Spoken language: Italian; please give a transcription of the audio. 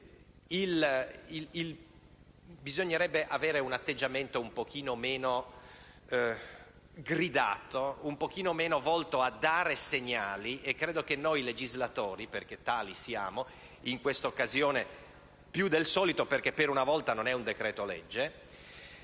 bisognerebbe avere un atteggiamento un po' meno "gridato", un po' meno volto a dare segnali. Credo che noi legislatori - perché tali siamo - in questa occasione più del solito (per una volta non si tratta di un decreto-legge),